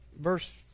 verse